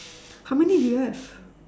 how many do you have